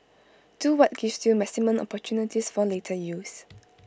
do what gives you maximum opportunities for later use